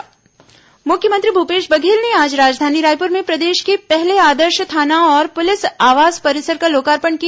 मुख्यमंत्री आदर्श थाना मुख्यमंत्री भूपेश बघेल ने आज राजधानी रायपुर में प्रदेश के पहले आदर्श थाना और पुलिस आवास परिसर का लोकार्पण किया